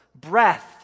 breath